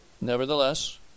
Nevertheless